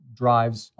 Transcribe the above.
drives